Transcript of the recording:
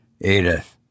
Edith